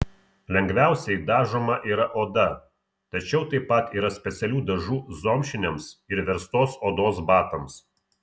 lengviausiai dažoma yra oda tačiau taip pat yra specialių dažų zomšiniams ir verstos odos batams